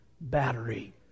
battery